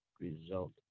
result